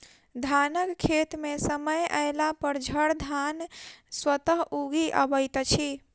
धानक खेत मे समय अयलापर झड़धान स्वतः उगि अबैत अछि